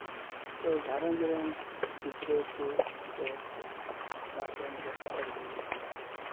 ᱜᱷᱟᱨᱚᱸᱡᱽ ᱨᱮᱱ ᱜᱤᱫᱽᱨᱟᱹ ᱠᱚ ᱥᱮ ᱟᱨ ᱚᱲᱟᱜ ᱨᱮᱱ ᱡᱚᱛᱚ ᱦᱚᱲ ᱜᱮ